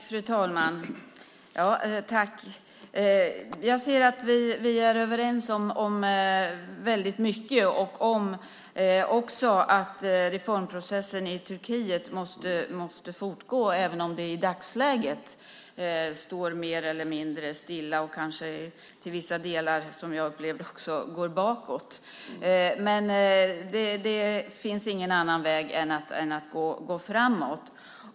Fru talman! Jag ser att vi är överens om väldigt mycket och också att reformprocessen i Turkiet måste fortgå även om det i dagsläget står mer eller mindre stilla och kanske till vissa delar går bakåt, som jag också upplevde. Det finns ingen annan väg än att gå framåt.